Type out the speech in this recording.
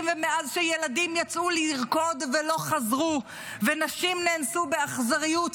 ומאז שילדים יצאו לרקוד ולא חזרו ונשים נאנסו באכזריות,